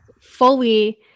fully